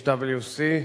HWC,